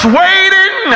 waiting